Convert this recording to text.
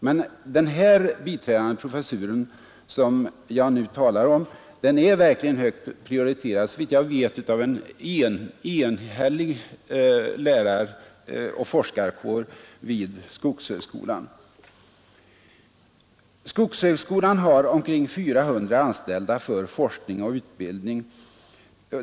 Men den biträdande professur, som jag nu talar om, är verkligen högt prioriterad av en såvitt jag vet enhällig läraroch forskarkår vid skogshögskolan. Skogshögskolan har omkring 400 anställda för forskning och utbildning.